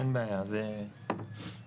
אין בעיה, זה בסדר.